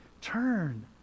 Turn